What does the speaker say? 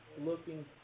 looking